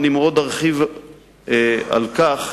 אני ארחיב על כך